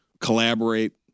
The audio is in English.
collaborate